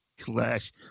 clash